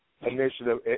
initiative